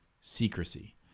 secrecy